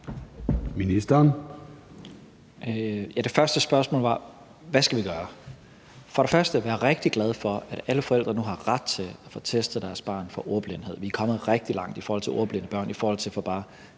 Tesfaye): Det første spørgsmål var: Hvad skal vi gøre? For det første er jeg rigtig glad for, at alle forældre nu har ret til at få testet deres barn for ordblindhed. Vi er kommet rigtig langt i forhold til ordblinde børn i forhold til for bare